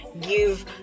give